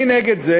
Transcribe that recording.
אני נגד זה